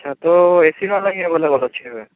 ଛାତ A C ନା ଏବେ